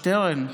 שטרן,